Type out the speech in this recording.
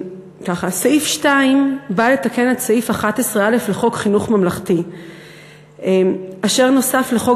סעיף 2 בא לתקן את סעיף 11א לחוק חינוך ממלכתי אשר נוסף לחוק